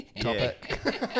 topic